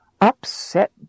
upset